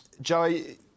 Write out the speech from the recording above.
Joey